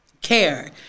care